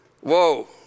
Whoa